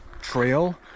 trail